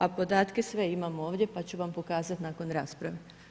A podatke sve imamo ovdje pa ću vam pokazati nakon rasprave.